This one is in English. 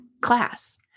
class